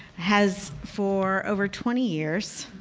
has for over twenty years